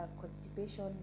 constipation